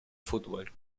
fútbol